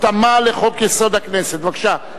התאמה לחוק-יסוד: הכנסת) בבקשה,